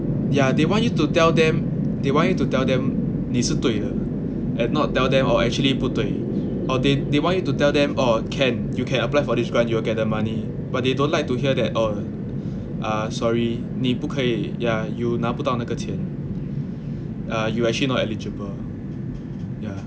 yeah they want you to tell them they want you to tell them 你是对的 and not tell them orh actually 不对 or they they want you to tell them orh can you can apply for this grant you will get the money but they don't like to hear that oh uh sorry 你不可以 ya you 拿不到那个钱 err you actually not eligible